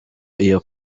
iyo